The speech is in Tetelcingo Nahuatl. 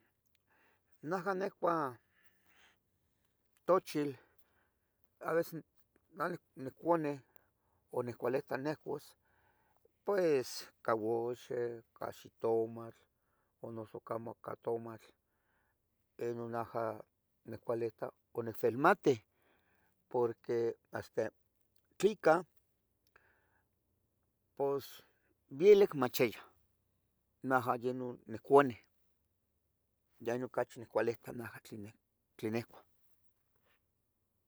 Najah nehcua tochil, a veces anic, nicuani o nehcualita nehcuas. pues, ca ouxin, ca xitomamatl o noso tlomo ca tomatl de inun najah. nehcualita o nehvilmate, porque este tlica, pos, vielic machia Najah ye nun, nehcuane, ya inun cachi nehcualita najah tlin neh,. tlin nehcua.